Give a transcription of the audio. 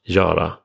göra